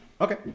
Okay